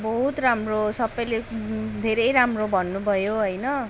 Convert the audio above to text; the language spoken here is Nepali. बहुत राम्रो सबैले धेरै राम्रो भन्नुभयो होइन